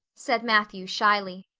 said matthew shyly.